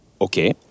Okay